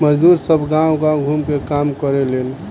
मजदुर सब गांव गाव घूम के काम करेलेन